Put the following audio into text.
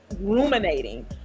ruminating